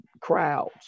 crowds